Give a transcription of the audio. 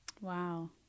Wow